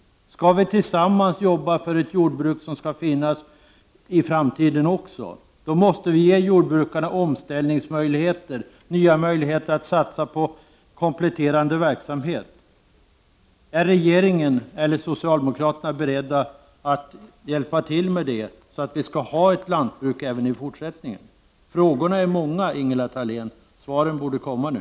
Skall vi tillsammans jobba för ett jordbruk som skall finnas också i framtiden måste vi ge jordbrukarna omställningsmöjligheter, nya möjligheter att satsa på kompletterande verksamhet. Är regeringen eller socialdemokraterna beredda att hjälpa till med det, så att vi har ett lantbruk även i fortsättningen? Frågorna är många, Ingela Thalén. Svaren borde komma nu.